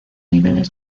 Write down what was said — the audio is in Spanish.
niveles